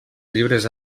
llibres